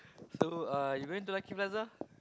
so uh you going to Lucky-Plaza